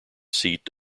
seat